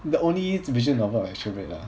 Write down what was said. the only division what I actually read ah